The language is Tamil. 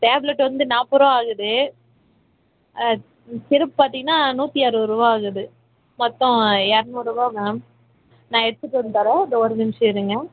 டேப்லட் வந்து நாற்பதுருவா ஆகுது சிரப்பு பார்த்தீங்கனா நூற்றி அறுபதுருவா ஆகுது மொத்தம் இரநூறுவா மேம் நான் எடுத்துட்டு வந்து தரேன் தோ ஒரு நிமிஷம் இருங்க